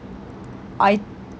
I